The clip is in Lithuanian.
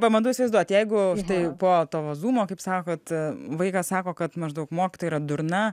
pabandau įsivaizduoti jeiguštai po to zumo kaip sakot vaikas sako kad maždaug mokytoja yra durna